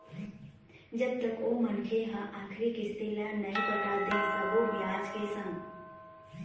जब तक ओ मनखे ह आखरी किस्ती ल नइ पटा दे सब्बो बियाज के संग